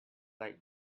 like